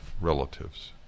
relatives